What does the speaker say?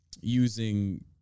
using